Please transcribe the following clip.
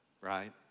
right